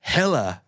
Hella